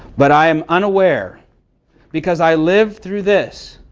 but i am unaware because i live through this.